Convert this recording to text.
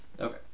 Okay